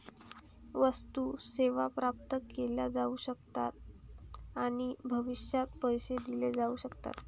वस्तू, सेवा प्राप्त केल्या जाऊ शकतात आणि भविष्यात पैसे दिले जाऊ शकतात